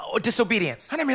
disobedience